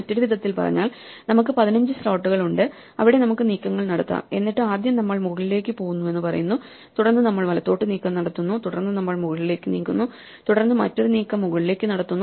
മറ്റൊരു വിധത്തിൽ പറഞ്ഞാൽ നമുക്ക് 15 സ്ലോട്ടുകൾ ഉണ്ട് അവിടെ നമുക്ക് നീക്കങ്ങൾ നടത്താം എന്നിട്ട് ആദ്യം നമ്മൾ മുകളിലേക്ക് പോകുന്നുവെന്ന് പറയുന്നു തുടർന്ന് നമ്മൾ വലത്തോട്ട് നീക്കം നടത്തുന്നു തുടർന്ന് നമ്മൾ മുകളിലേക്ക് നീങ്ങുന്നു തുടർന്ന് മറ്റൊരു നീക്കം മുകളിലേക്ക് നടത്തുന്നു